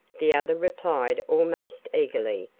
the other replied almost eagerly,